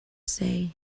say